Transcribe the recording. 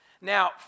Now